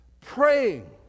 praying